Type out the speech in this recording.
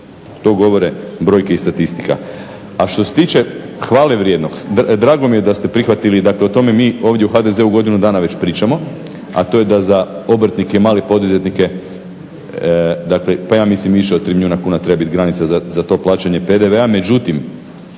To govore brojke i statistika. A što se tiče hvale vrijednog drago mi je da ste prihvatili, dakle o tome mi ovdje u HDZ-u godinu dana već pričamo a to je da za obrtnike i male poduzetnike dakle, pa ja mislim više od 3 milijuna kuna treba biti granica za to plaćanje PDV-a. Međutim,